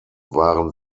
waren